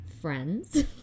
Friends